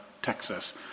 texas